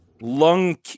Lung